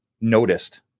noticed